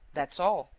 that is all.